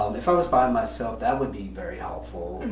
um if i was by myself, that would be very helpful,